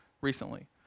recently